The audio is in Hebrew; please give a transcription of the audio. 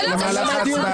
להפריע למהלך ההצבעה.